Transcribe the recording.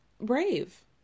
Brave